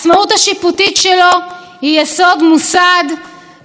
אבל אז אמרתי: אולי יש דרך שאני אוכל